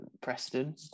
Preston